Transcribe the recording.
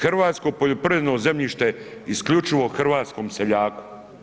Hrvatsko poljoprivredno zemljište isključivo hrvatskom seljaku.